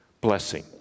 blessing